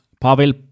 Pavel